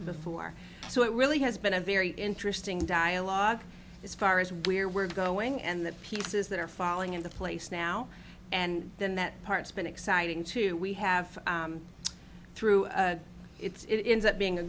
before so it really has been a very interesting dialogue as far as where we're going and the pieces that are falling into place now and then that part's been exciting to we have through it's ends up being a